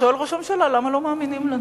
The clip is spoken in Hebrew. ושואל ראש הממשלה: למה לא מאמינים לנו?